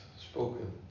spoken